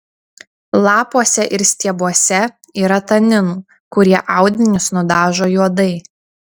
lapuose ir stiebuose yra taninų kurie audinius nudažo juodai